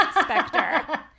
specter